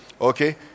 okay